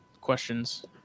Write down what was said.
questions